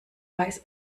weiß